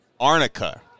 Arnica